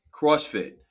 CrossFit